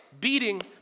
beating